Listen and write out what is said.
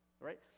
right